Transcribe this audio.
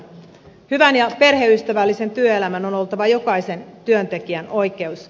hyvän ja perheystävällisen työelämän on oltava jokaisen työntekijän oikeus